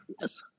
Yes